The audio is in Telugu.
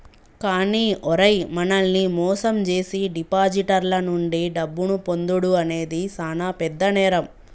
కానీ ఓరై మనల్ని మోసం జేసీ డిపాజిటర్ల నుండి డబ్బును పొందుడు అనేది సాన పెద్ద నేరం